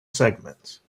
segments